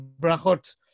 brachot